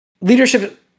leadership